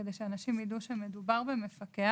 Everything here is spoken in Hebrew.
כדי שאנשים יידעו שמדובר במפקח,